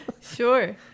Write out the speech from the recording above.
Sure